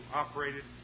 operated